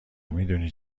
میدونی